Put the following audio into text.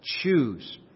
choose